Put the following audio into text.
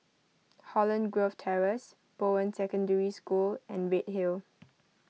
Holland Grove Terrace Bowen Secondary School and Redhill